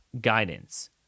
guidance